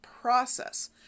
process